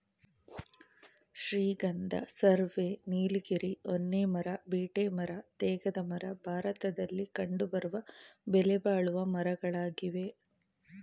ಶ್ರೀಗಂಧ, ಸರ್ವೆ, ನೀಲಗಿರಿ, ಹೊನ್ನೆ ಮರ, ಬೀಟೆ ಮರ, ತೇಗದ ಮರ ಭಾರತದಲ್ಲಿ ಕಂಡುಬರುವ ಬೆಲೆಬಾಳುವ ಮರಗಳಾಗಿವೆ